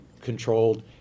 controlled